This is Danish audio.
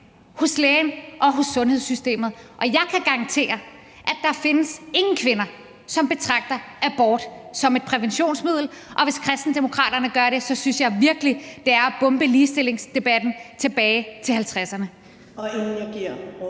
hos lægen og i sundhedssystemet. Jeg kan garantere, at der ikke findes nogen kvinder, som betragter abort som et præventionsmiddel, og hvis Kristendemokraterne gør det, så synes jeg virkelig, at det er at bombe ligestillingsdebatten tilbage til 1950'erne.